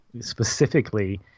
specifically